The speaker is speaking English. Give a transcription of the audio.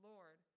Lord